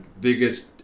biggest